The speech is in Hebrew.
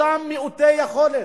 אותם מעוטי יכולת,